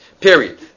Period